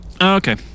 Okay